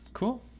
Cool